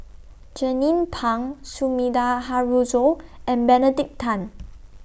Jernnine Pang Sumida Haruzo and Benedict Tan